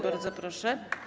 Bardzo proszę.